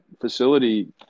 facility